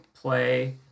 play